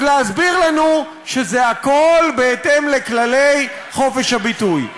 להסביר לנו שזה הכול בהתאם לכללי חופש הביטוי?